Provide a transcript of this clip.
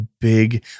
big